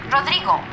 Rodrigo